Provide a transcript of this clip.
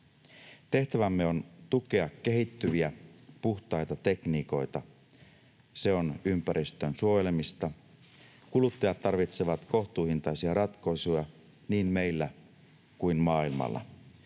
Tehtävämme on tukea kehittyviä, puhtaita tekniikoita. Se on ympäristön suojelemista. Kuluttajat tarvitsevat kohtuuhintaisia ratkaisuja niin meillä kuin maailmalla.